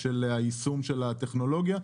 של היישום של הטכנולוגיה,